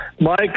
Mike